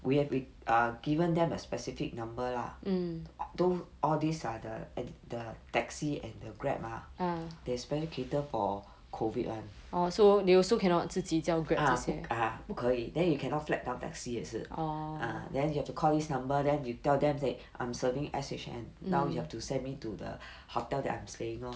we have we err given them a specific number lah don't all these are the and the taxi and the grab ah they specially cater for COVID [one] ah ah 不可以 then you cannot flag down taxi 也是 ah then you have to call this number then you tell them that I'm serving S_H_N now you have to send me to the hotel that I'm staying lor